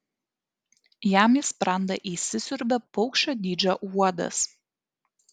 jam į sprandą įsisiurbia paukščio dydžio uodas